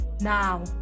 Now